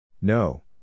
No